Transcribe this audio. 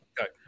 Okay